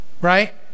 right